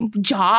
job